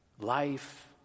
Life